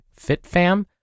FitFam